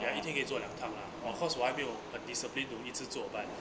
一天可以做两趟 lah of course 我还没有 a discipline to 一致做 but